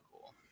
cool